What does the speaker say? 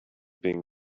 being